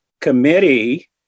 committee